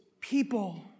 people